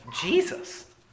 Jesus